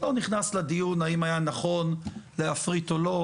לא נכנס לדיון האם היה נכון להפריט או לא.